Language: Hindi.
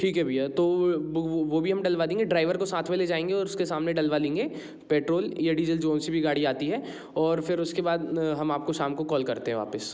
ठीक है भैया तो वह भी हम डलवा देंगे ड्राइवर को साथ में ले जाएँगे और उसके सामने डलवा लेंगे पेट्रोल या डीजल जो सी भी गाड़ी आती है और फिर उसके बाद हम आपको शाम को कॉल करते हैं वापस